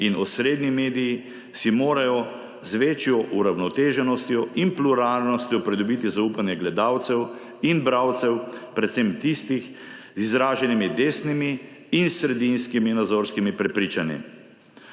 in osrednji mediji si morajo z večjo uravnoteženostjo in pluralnostjo pridobiti zaupanje gledalcev in bralcev, predvsem tistih z izraženimi desnimi in sredinskimi nazorskimi prepričanji.